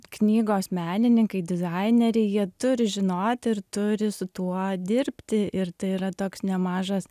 knygos menininkai dizaineriai jie turi žinoti ir turi su tuo dirbti ir tai yra toks nemažas